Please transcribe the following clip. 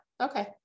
Okay